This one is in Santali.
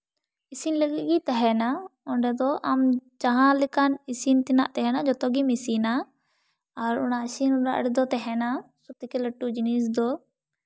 ᱤᱥᱤᱱ ᱞᱟᱹᱜᱤᱫ ᱜᱮ ᱛᱟᱦᱮᱱᱟ ᱚᱸᱰᱮᱫᱚ ᱟᱢ ᱡᱟᱦᱟᱸ ᱞᱮᱠᱟᱱ ᱤᱥᱤᱱ ᱛᱮᱱᱟᱜ ᱛᱟᱦᱮᱱᱟ ᱡᱚᱛᱚ ᱜᱮᱢ ᱤᱥᱤᱱᱟ ᱟᱨ ᱚᱱᱟ ᱤᱥᱤᱱ ᱚᱲᱟᱜ ᱨᱮᱫᱚ ᱛᱟᱦᱮᱱᱟ ᱥᱚᱵ ᱛᱷᱮᱠᱮ ᱞᱟᱹᱴᱩ ᱡᱤᱱᱤᱥ ᱫᱚ